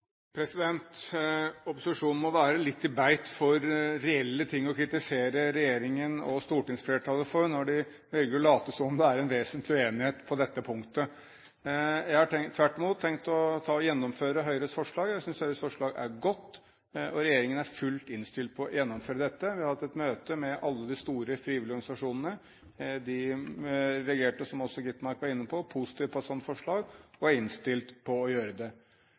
Opposisjonen må være litt i beit for reelle ting å kritisere regjeringen og stortingsflertallet for når de velger å late som om det er en vesentlig uenighet på dette punktet. Jeg har tvert imot tenkt å gjennomføre Høyres forslag. Jeg synes Høyres forslag er godt, og regjeringen er fullt innstilt på å gjennomføre dette. Vi har hatt et møte med alle de store, frivillige organisasjonene. De reagerte, som også Skovholt Gitmark var inne på, positivt på et sånt forslag og er innstilt på å gjøre det.